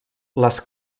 les